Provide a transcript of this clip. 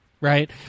right